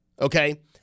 okay